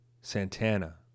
Santana